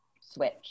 switch